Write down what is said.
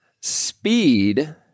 speed